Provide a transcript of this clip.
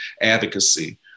advocacy